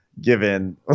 Given